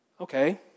Okay